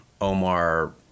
Omar